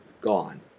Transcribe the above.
Gone